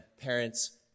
parents